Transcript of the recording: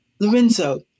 Lorenzo